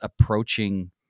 approaching